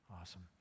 Awesome